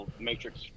Matrix